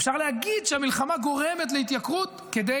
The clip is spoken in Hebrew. אפשר להגיד שהמלחמה גורמת להתייקרות כדי